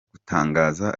gutangaza